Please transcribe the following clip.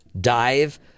dive